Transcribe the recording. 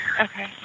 Okay